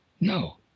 No